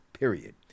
Period